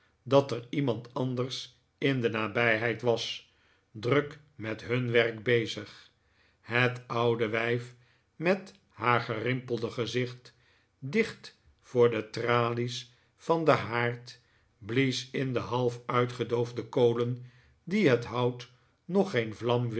dat er iemand anders in de nabijheid was druk met hun werk bezig het oude wijf met haar gerimpelde gezicht dicht voor de tralies van den haard blies in de half uitgedoofde kolen die het hout nog geen vlam